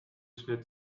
schritt